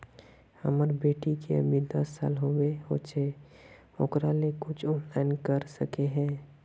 हमर बेटी के अभी दस साल होबे होचे ओकरा ले कुछ ऑनलाइन कर सके है?